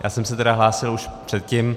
Já jsem se hlásil už předtím.